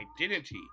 identity